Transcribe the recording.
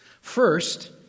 First